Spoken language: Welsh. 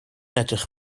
edrych